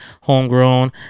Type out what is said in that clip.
homegrown